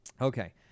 Okay